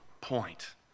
point